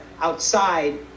outside